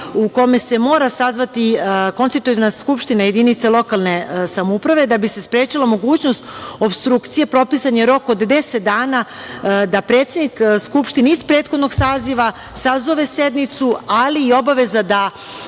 u kome se mora sazvati konstitutivna skupština jedinice lokalne samouprave. Da bi se sprečila mogućnost opstrukcije, propisan je rok od 10 dana da predsednik Skupštine iz prethodnog saziva sazove sednicu, ali i obaveza da